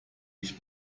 ich